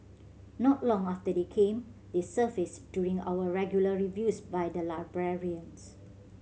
not long after they came they surfaced during our regular reviews by the librarians